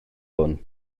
hwn